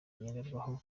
ngenderwaho